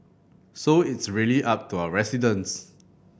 so it's really up to our residents